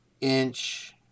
inch